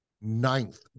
ninth